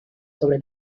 sobre